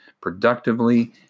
productively